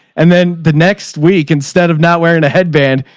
and then the next week, instead of not wearing a headband,